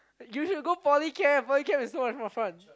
you should go poly camp poly camp is so much more fun